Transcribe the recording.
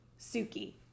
Suki